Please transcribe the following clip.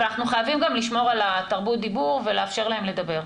אבל אנחנו חייבים גם לשמור על תרבות הדיבור ולאפשר להם לדבר.